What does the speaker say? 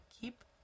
keep